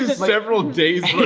several days